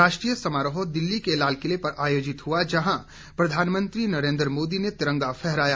राष्ट्रीय समारोह दिल्ली के लाल किले पर आयोजित हुआ जहां प्रधानमंत्री नरेन्द्र मोदी ने तिरंगा फहराया